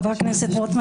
חבר הכנסת רוטמן,